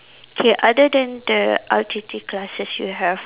okay other than the R_T_T classes you have